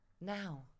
now